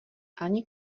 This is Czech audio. ani